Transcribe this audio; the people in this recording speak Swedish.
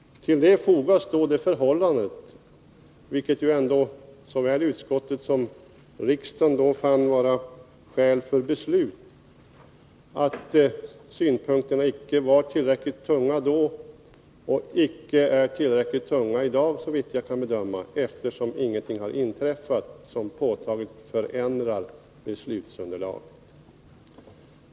Till detta fogas det förhållandet — vilket ändå såväl utskottet som riksdagen fann vara skäl för beslut — att synpunkterna icke var tillräckligt tunga då och icke är tillräckligt tunga i dag, såvitt jag kan bedöma, eftersom ingenting har inträffat som påtagligt förändrar beslutsunderlaget.